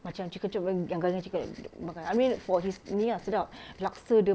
macam chicken chop kan yang garing chicken chop di~ makan I mean for his ini ah sedap laksa dia